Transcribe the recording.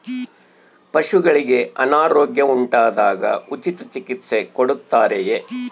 ಪಶುಗಳಿಗೆ ಅನಾರೋಗ್ಯ ಉಂಟಾದಾಗ ಉಚಿತ ಚಿಕಿತ್ಸೆ ಕೊಡುತ್ತಾರೆಯೇ?